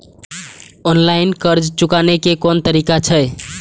Online कर्ज चुकाने के कोन तरीका छै?